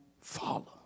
follow